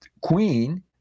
queen